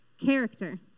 character